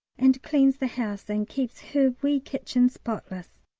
and cleans the house and keeps her wee kitchen spotless.